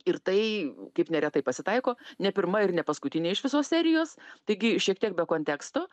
ir tai kaip neretai pasitaiko ne pirma ir ne paskutinė iš visos serijos taigi šiek tiek be konteksto